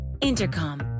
Intercom